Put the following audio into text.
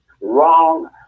wrong